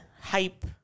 hype